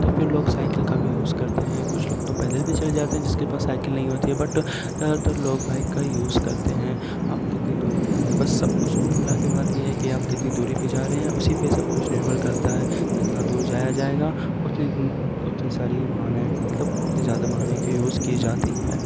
تو پھر لوگ سائیکل کا بھی یوز کرتے ہیں کچھ لوگ تو پیدل بھی چلے جاتے ہیں جس کے پاس سائیکل نہیں ہوتی ہے بٹ زیادہ تر لوگ بائک کا یوز کرتے ہیں آپ کتنی دوری پہ جا رہے ہیں بس سب کچھ کل ملا کے بات یہ ہے کہ کہ آپ کتنی دوری پہ جا رہے ہیں اسی پہ سب کچھ نربھر کرتا ہے جتنا دور جایا جائے گا اتنی اتنی ساری واہنیں مطلب اتنی زیادہ کی یوز کی جاتی ہے